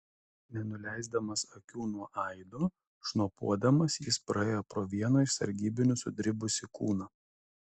nenuleisdamas akių nuo aido šnopuodamas jis praėjo pro vieno iš sargybinių sudribusį kūną